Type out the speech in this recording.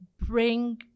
bring